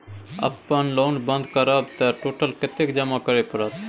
अपन लोन बंद करब त टोटल कत्ते जमा करे परत?